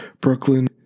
Brooklyn